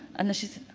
and she said,